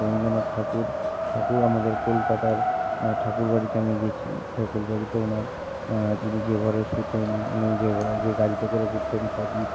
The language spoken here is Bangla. রবীন্দ্রনাথ ঠাকুর ঠাকুর আমাদের কলকাতার ঠাকুর বাড়িতে আমি গেছি ঠাকুর বাড়িতে ওনার উনি যে ঘরে শুতেন উনি যে গাড়িতে করে ঘুরতেন সবই